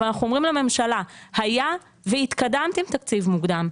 אבל אנחנו אומרים לממשלה היה והתקדמת עם תקציב מוקדם,